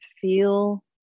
feel